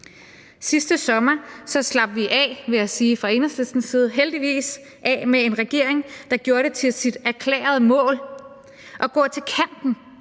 Enhedslistens side, af med en regering, der gjorde det til sit erklærede mål at gå til kanten